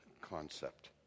concept